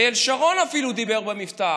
אפילו אריאל שרון דיבר במבטא,